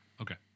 Okay